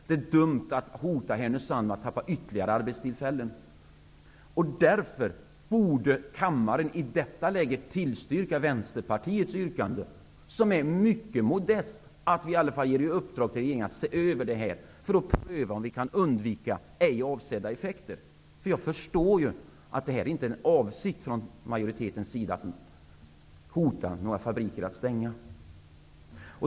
Det är dumt att hota med att Härnösand kan tappa ytterligare arbetstillfällen. Därför borde kammaren i detta läge bifalla Vänsterpartiets yrkande, som är mycket modest, att riksdagen ger regeringen i uppdrag att se över detta och pröva om det går att undvika ej avsedda effekter. Jag förstår att det inte är majoritetens avsikt att hota några fabriker med stängning.